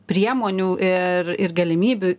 priemonių ir ir galimybių